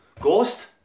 Ghost